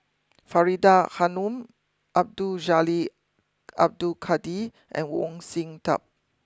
Faridah Hanum Abdul Jalil Abdul Kadir and Sin Tub